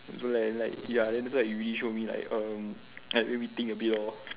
so like like ya then like it really show me like um like let me think a bit lor